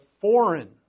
foreign